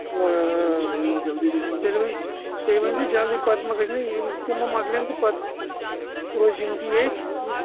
آ آ تیٚلہِ ؤنۍ زِ تیٚلہِ ؤنۍ زِ جلدی پتہٕ ما گژھِ مےٚ یِم یِم تہِ ما مۄکلن تہٕ پتہٕ روٗزی یِتہٕ ییٚتھۍ